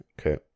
Okay